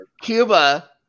Cuba